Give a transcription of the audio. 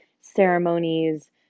ceremonies